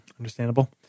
Understandable